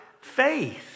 faith